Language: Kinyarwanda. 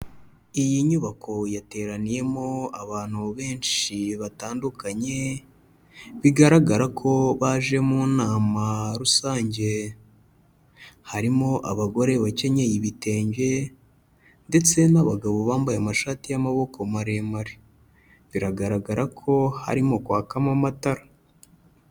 Iyi nyubako yateraniyemo abantu benshi batandukanye, bigaragara ko baje mu nama rusange. Harimo abagore bakenyeye ibitenge, ndetse n'abagabo bambaye amashati y'amaboko maremare; biragaragara ko harimo kwakamo amatara.